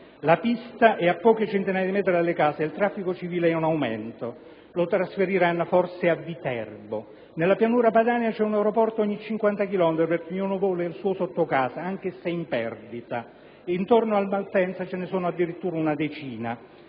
la pista è a poche centinaia di metri dalle case e il traffico civile in aumento. Lo trasferiranno, forse a Viterbo. Nella pianura padana c'è un aeroporto ogni 50 chilometri, perché ognuno vuole il suo sotto casa, anche se è in perdita. Intorno a Malpensa ce ne sono addirittura una decina.